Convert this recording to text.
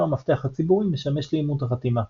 המפתח הציבורי משמש לאימות החתימה.